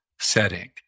setting